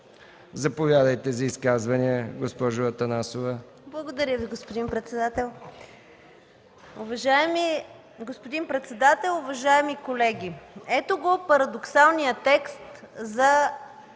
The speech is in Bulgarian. Заповядайте за изказване, госпожо Манолова.